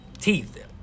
teeth